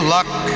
Luck